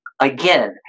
again